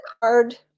card